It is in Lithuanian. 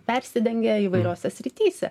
persidengia įvairiose srityse